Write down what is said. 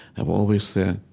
i've always said,